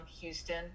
Houston